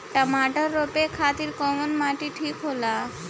टमाटर रोपे खातीर कउन माटी ठीक होला?